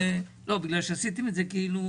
רק למיסים הזויים כפי שאתם מטילים היום.